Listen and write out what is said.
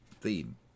theme